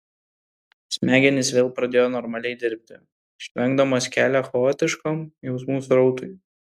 smegenys vėl pradėjo normaliai dirbti užtvenkdamos kelią chaotiškam jausmų srautui